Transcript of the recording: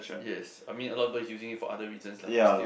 yes I mean a lot of people is using it for other reasons lah but still